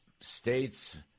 states